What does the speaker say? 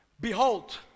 Behold